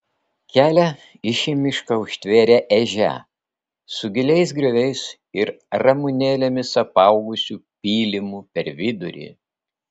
kelią į šį mišką užtvėrė ežia su giliais grioviais ir ramunėlėmis apaugusiu pylimu per vidurį